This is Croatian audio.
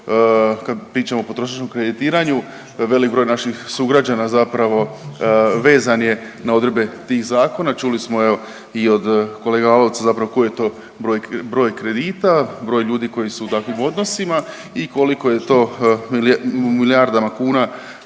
kad pričamo o potrošačkom kreditiranju velik broj naših sugrađana zapravo vezan je na odredbe tih zakona. Čuli smo evo i od kolege Lalovca zapravo koji je to broj, broj kredita, broj ljudi koji su u takvim odnosima i koliko je to u milijardama kuna